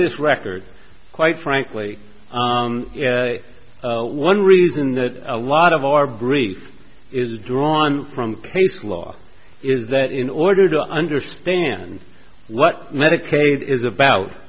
this record quite frankly one reason that a lot of our brief is drawn from case law is that in order to understand what medicaid is about